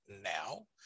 now